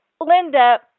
Linda